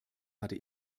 hatte